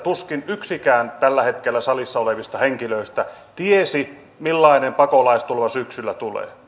tuskin yksikään tällä hetkellä salissa olevista henkilöistä tiesi millainen pakolaistulva syksyllä tulee